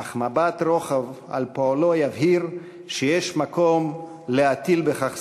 אך מבט רוחב על פועלו יבהיר שיש מקום להטיל בכך ספק.